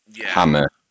Hammer